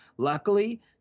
Luckily